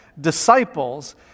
disciples